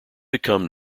become